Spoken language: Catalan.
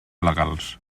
legals